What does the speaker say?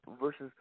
versus